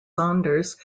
saunders